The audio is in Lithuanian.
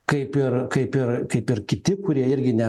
kaip ir kaip ir kaip ir kiti kurie irgi ne